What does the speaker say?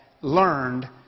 learned